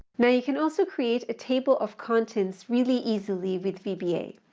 now you can also create a table of contents really easily with vba.